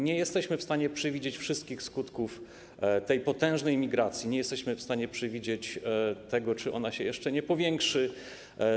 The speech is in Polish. Nie jesteśmy w stanie przewidzieć wszystkich skutków tej potężnej migracji, nie jesteśmy w stanie przewidzieć tego, czy ona się jeszcze nie powiększy.